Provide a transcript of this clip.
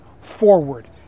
forward